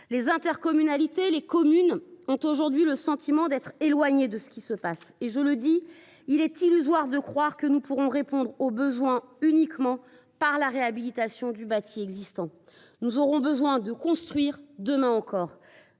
Les intercommunalités et les communes ont aujourd’hui le sentiment d’être éloignées de ce qui se passe. Or il est illusoire de croire que nous pourrons répondre aux besoins par la seule réhabilitation du bâti existant. Nous aurons besoin de construire demain encore,